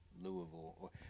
Louisville